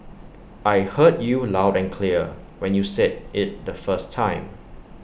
I heard you loud and clear when you said IT the first time